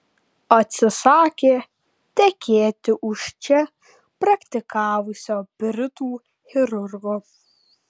atsisakė tekėti už čia praktikavusio britų chirurgo